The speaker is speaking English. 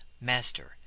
master